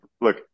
Look